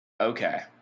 Okay